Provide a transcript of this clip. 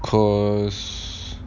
cause